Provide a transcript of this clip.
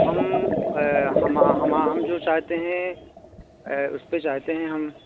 ہم ہم جو چاہتے ہیں اس پے چاہتے ہیں ہم